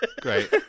Great